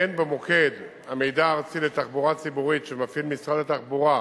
הן במוקד המידע הארצי לתחבורה ציבורית שמפעיל משרד התחבורה,